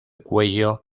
cuello